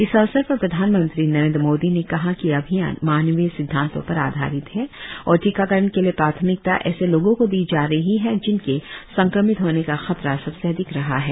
इस अवसर पर प्रधानमंत्री नरेन्द्र मोदी ने कहा कि यह अभियान मानवीय सिद्धांतों पर आधारित है और टीकाकरण के लिए प्राथमिकता ऐसे लोगों को दी जा रही है जिनके संक्रमित होने का खतरा सबसे अधिक रहा है